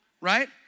right